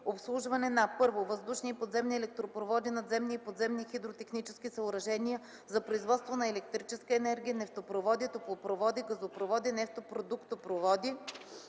обслужване на: 1.въздушни и подземни електропроводи, надземни и подземни хидротехнически съоръжения за производство на електрическа енергия, нефтопроводи, топлопроводи, газопроводи, нефтопродуктопроводи,